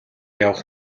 явах